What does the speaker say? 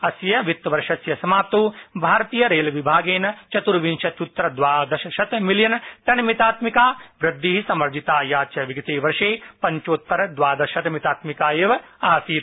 अस्य वित्तवर्षस्य समाप्तौ भारतीय रेलयान विभागेन चतुविंशत्यृत्तर द्वादशशत मिलियन टन मितत्मिका संवृद्धि समार्जिता या च विगते वर्षे पंचोतरद्वादशशत मितात्मिका एव आसीत्